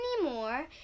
anymore